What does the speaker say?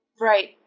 right